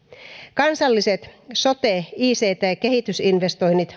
kansalliset sote ict kehitysinvestoinnit